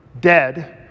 dead